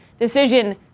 decision